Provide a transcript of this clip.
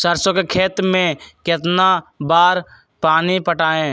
सरसों के खेत मे कितना बार पानी पटाये?